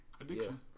addiction